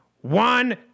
One